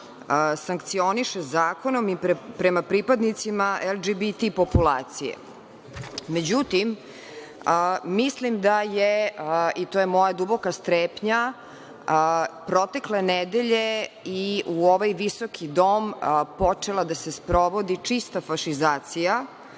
sankcioniše zakonom i prema pripadnicima LGBT populacije.Međutim, mislim da je, i to je moja duboka strepnja, protekle nedelje i u ovaj visoki dom počela da se sprovodi čista fašizacija,